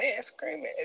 screaming